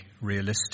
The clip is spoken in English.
realistic